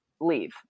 leave